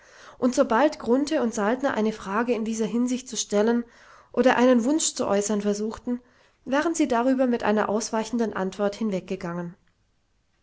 und sobald grunthe und saltner eine frage in dieser hinsicht zu stellen oder einen wunsch zu äußern versuchten waren sie darüber mit einer ausweichenden antwort